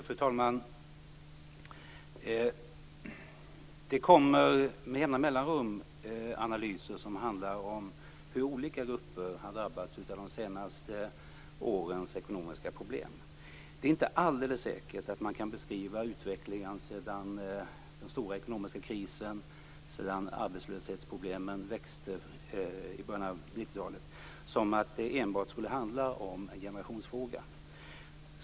Fru talman! Det kommer med jämna mellanrum analyser som handlar om hur olika grupper har drabbats av de senaste årens ekonomiska problem. Det är inte alldeles säkert att man kan beskriva utvecklingen sedan den stora ekonomiska krisen, sedan arbetslöshetsproblemen växte i början av 90-talet, som att det enbart skulle handla om en generationsfråga.